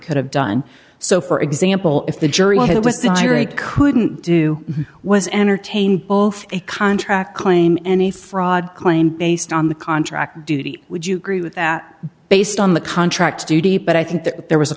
could have done so for example if the jury had it was the jury couldn't do was entertain both a contract claim any fraud claim based on the contract duty would you agree with that based on the contract judy but i think that there was a